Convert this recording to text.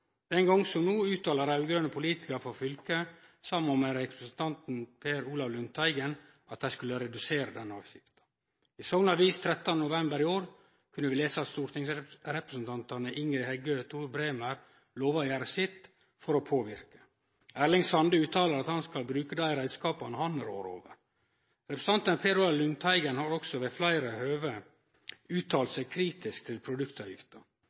Den gongen som no uttala raud-grøne politikarar frå fylket, saman med representanten Per Olaf Lundteigen, at dei skulle redusere denne avgifta. I Sogn Avis 13. november i år kunne vi lese at stortingsrepresentantane Ingrid Heggø og Tor Bremer lova å gjere sitt for å påverke. Erling Sande uttala at han skal bruke dei reiskapane han rår over. Representanten Per Olaf Lundteigen har også ved fleire høve uttalt seg kritisk til produktavgifta.